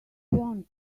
want